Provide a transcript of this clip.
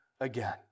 again